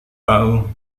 tahu